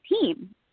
team